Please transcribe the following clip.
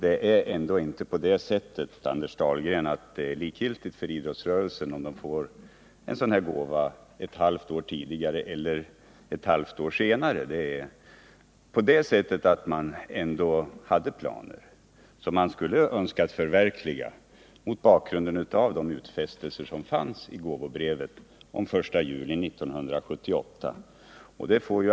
Det är ändå inte likgiltigt för idrottsrörelsen om man får en gåva av det här slaget ett halvår tidigare eller ett halvår senare. Man hade ju planer som man önskat att man kunde förverkliga mot bakgrund av utfästelserna i gåvobrevet om betalning den 1 juli 1978.